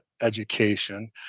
education